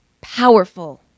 powerful